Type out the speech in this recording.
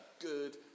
good